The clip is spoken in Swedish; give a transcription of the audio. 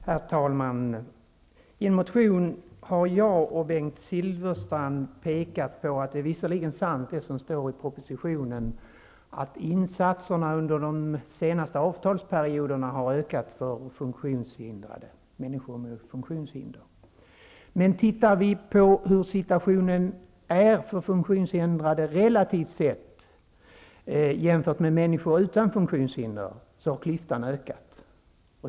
Herr talman! I en motion har jag och Bengt Silfverstrand pekat på att det visserligen är sant som står i propositionen att insatserna för människor med funktionshinder har ökat under de senaste avtalsperioderna. Men ser vi på situationen för funktionshindrade i relation till situationen för människor utan funktionshinder har klyftan ökat.